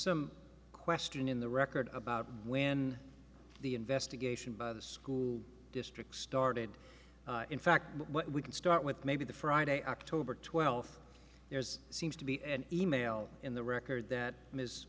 some question in the record about when the investigation by the school district started in fact what we can start with maybe the friday october twelfth there's seems to be an e mail in the record that ms